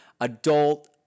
adult